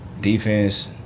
defense –